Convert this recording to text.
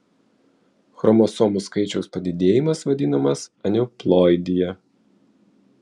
chromosomų skaičiaus padidėjimas vadinamas aneuploidija